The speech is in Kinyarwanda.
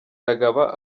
maniragaba